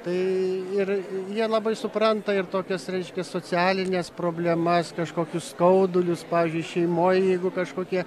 tai ir jie labai supranta ir tokias reiškia socialines problemas kažkokius skaudulius pavyzdžiui šeimoj jeigu kažkokia